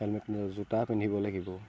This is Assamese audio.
হেলমেট জোতা পিন্ধিব লাগিব